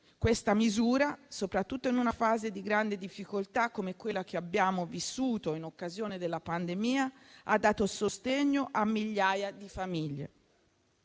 tale misura, soprattutto in una fase di grande difficoltà come quella che abbiamo vissuto in occasione della pandemia, ha dato sostegno a migliaia di famiglie.